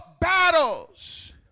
battles